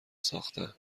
ساختن